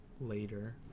later